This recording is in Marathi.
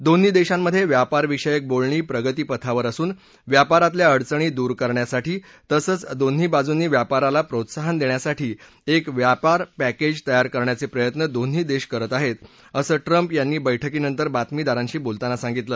दोन्ही देशांमधे व्यापारविषयक बोलणी प्रगतिपथावर असून व्यापारातल्या अडचणी दूर करण्यासाठी तसंच दोन्ही बाजूंनी व्यापाराला प्रोत्साहन देण्यासाठी एक व्यापार पॅंकेज तयार करण्याचे प्रयत्न दोन्ही देश करत आहेत असं ट्रंप यांनी बैठकीनंतर बातमीदारांशी बोलताना सांगितलं